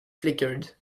flickered